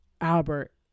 Albert